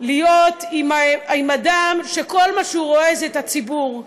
להיות עם אדם שכל מה שהוא רואה זה את הציבור,